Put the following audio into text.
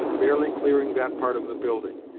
barely clearing that part of the building.